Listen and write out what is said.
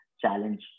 challenge